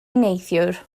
neithiwr